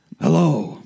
Hello